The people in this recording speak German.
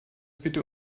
bitte